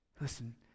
Listen